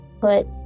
put